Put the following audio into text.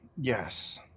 Yes